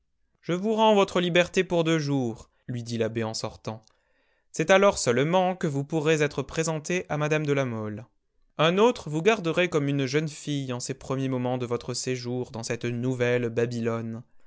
je vous rends votre liberté pour deux jours lui dit l'abbé en sortant c'est alors seulement que vous pourrez être présenté à mme de la mole un autre vous garderait comme une jeune fille en ces premiers moments de votre séjour dans cette nouvelle babylone